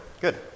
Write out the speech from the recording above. Good